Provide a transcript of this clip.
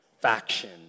faction